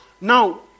Now